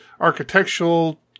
architectural